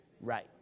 right